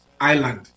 island